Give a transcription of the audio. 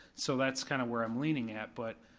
so that's kinda where i'm leaning at, but,